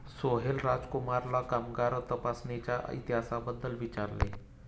सोहेल राजकुमारला कामगार तपासणीच्या इतिहासाबद्दल विचारले